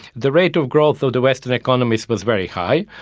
the rate of growth of the western economies was very high.